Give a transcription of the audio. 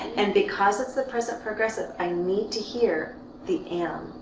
and because it's the present progressive, i need to hear the am.